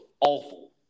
awful